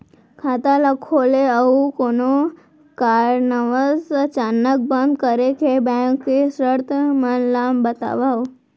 खाता ला खोले अऊ कोनो कारनवश अचानक बंद करे के, बैंक के शर्त मन ला बतावव